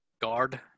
Guard